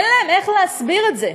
אין להם איך להסביר את זה,